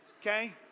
Okay